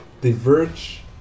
diverge